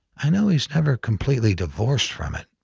i know he's never completely divorced from it.